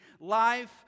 life